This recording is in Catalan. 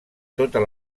totes